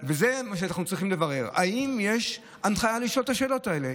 זה מה שאנחנו צריכים לברר: האם יש הנחיה לשאול את השאלות האלה?